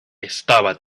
estaba